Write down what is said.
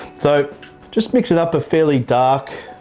so just mixing up a fairly dark